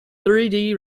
three